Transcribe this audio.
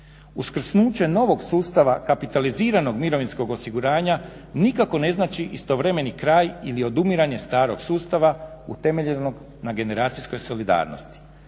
Uskrsnuće novog sustava kapitaliziranog mirovinskog osiguranja nikako ne znači istovremeni kraj ili odumiranje starog sustava utemeljenog na generacijskoj solidarnosti.